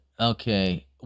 Okay